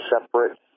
separate